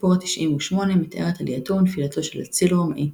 הסיפור התשעים ושמונה מתאר את עלייתו ונפילתו של אציל רומאי,